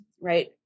right